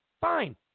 fine